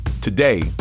Today